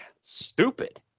Stupid